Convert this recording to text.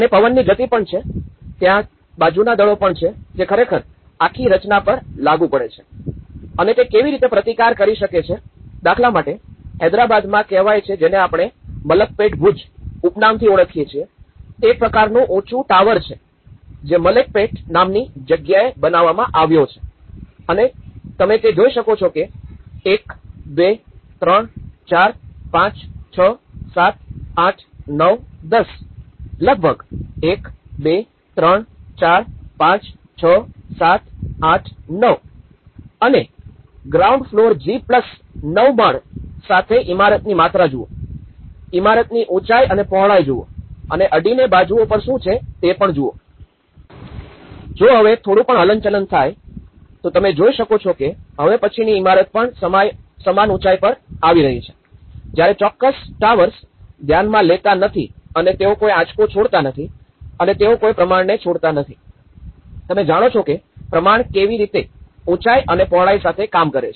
અને પવનની ગતિ પણ છે ત્યાં બાજુના દળો પણ છે જે ખરેખર આખી રચના પર લાગુ પડે છે અને તે કેવી રીતે પ્રતિકાર કરી શકે છે દાખલા માટે હૈદરાબાદમાં કહેવાય છે જેને આપણે મલકપેટ ભુજ ઉપનામથી ઓળખીયે છીએ તે એક પ્રકારનું ઉંચુ ટાવર છે જે મલકપેટ નામની જગ્યાએ બનાવવામાં આવ્યો છે અને તમે તે જોઈ શકો છો કે ૧ ૨ ૩ ૪ ૫ ૬ ૭ ૮ ૯ ૧૦ લગભગ ૧ ૨ ૩ ૪ ૫ ૬ ૭ ૮ ૯ અને ગ્રાઉન્ડ ફ્લોર જી પ્લસ ૯ માળ સાથે ઇમારતની માત્રા જુઓ અને ઇમારતની ઉંચાઈ અને પહોળાઈ જુઓ અને અડીને બાજુઓ પર શું છે તે પણ જુઓ જો હવે થોડું પણ હલનચલન થાય તો તમે જોઈ શકો છો કે હવે પછીની ઇમારત પણ સમાન ઉંચાઈ પર આવી રહી છે જ્યારે ચોક્કસ ટાવર્સ ધ્યાનમાં લેતા નથી અને તેઓ કોઈ આંચકો છોડતા નથી અને તેઓ કોઈ પ્રમાણને છોડતા નથી તમે જાણો છો કે પ્રમાણ કેવી રીતે ઉંચાઈ અને પહોળાઈ સાથે કામ કરે છે